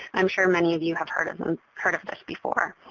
i'm sure many of you have heard of heard of this before.